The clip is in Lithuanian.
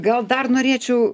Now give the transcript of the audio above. gal dar norėčiau